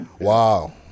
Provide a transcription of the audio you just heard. Wow